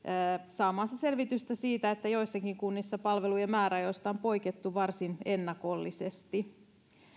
saamaansa selvitystä siitä että joissakin kunnissa palvelujen määräajoista on poikettu varsin ennakollisesti